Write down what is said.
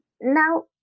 Now